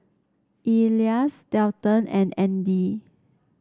Elias Dalton and Andy